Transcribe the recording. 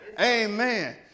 Amen